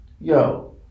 yo